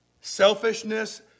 selfishness